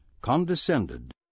condescended